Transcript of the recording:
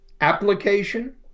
application